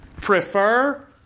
prefer